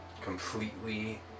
completely